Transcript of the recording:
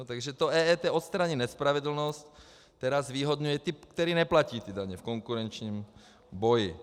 Takže EET odstraní nespravedlnost, která zvýhodňuje ty, kteří neplatí daně, v konkurenčním boji.